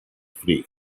free